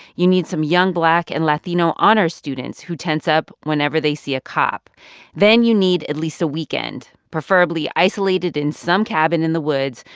you need some young black and latino honor students who tense up whenever they see a cop then you need at least a weekend, preferably isolated in some cabin in the woods,